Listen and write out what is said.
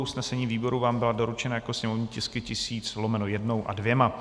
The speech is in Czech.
Usnesení výboru vám byla doručena jako sněmovní tisky 1000/1 a 2.